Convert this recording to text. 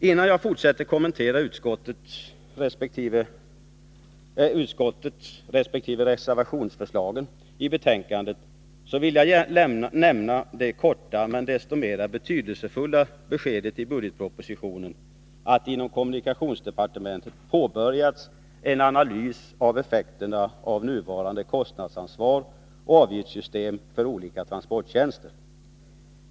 Innan jag fortsätter att kommentera utskottsresp. reservationsförslagen i betänkandet vill jag nämna det korta men desto mer betydelsefulla beskedet i budgetpropositionen att det inom kommunikationsdepartementet har påbörjats en analys av effekterna av nuvarande kostnadsansvar och avgiftssystem för olika transporttjänster.